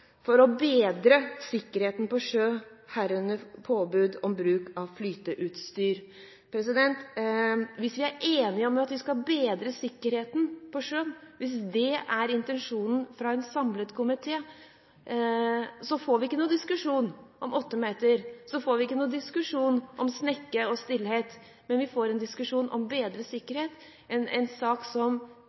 for å bedre sikkerheten på sjøen, herunder påbud om bruk av flyteutstyr. Hvis vi er enige om at vi skal bedre sikkerheten på sjøen – hvis det er intensjonen til en samlet komité – får vi ingen diskusjon om 8 meter eller diskusjon om snekker og stillhet, men vi får en diskusjon om bedre sikkerhet, en sak som